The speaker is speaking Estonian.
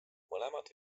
mõlemad